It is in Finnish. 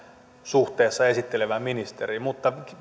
suhteessa esittelevään ministeriin mutta